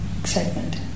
excitement